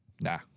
nah